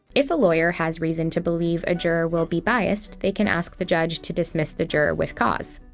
if a lawyer has reason to believe a juror will be biased, they can ask the judge to dismiss the juror with cause.